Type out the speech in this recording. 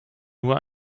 nur